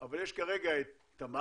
אבל יש כרגע את תמר,